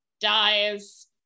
dies